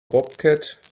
bobcat